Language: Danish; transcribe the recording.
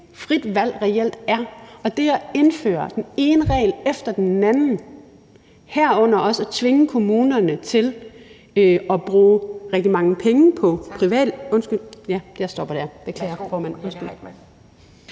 frit valg, og det at indføre den ene regel efter den anden, herunder også at tvinge kommunerne til at bruge rigtig mange penge på ... (Anden næstformand (Pia Kjærsgaard): Tak). Undskyld,